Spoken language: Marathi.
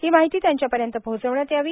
ही माहिती त्यांच्यापर्यंत पोहोचविण्यात यावी